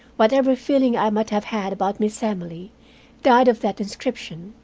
whatever feeling i might have had about miss emily died of that inscription.